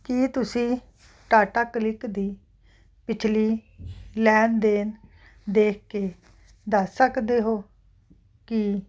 ਕੀ ਤੁਸੀਂਂ ਟਾਟਾ ਕਲਿਕ ਦੀ ਪਿਛਲੀ ਲੈਣ ਦੇਣ ਦੇਖ ਕੇ ਦੱਸ ਸਕਦੇ ਹੋ ਕਿ